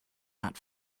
not